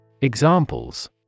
Examples